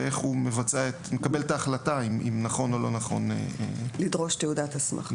ואיך הוא מקבל את ההחלטה אם נכון או לא נכון לדרוש תעודת הסמכה.